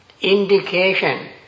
indication